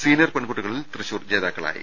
senior പെൺകുട്ടികളിൽ തൃശൂർ ജേതാക്കളായി